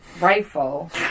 rifle